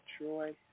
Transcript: Troy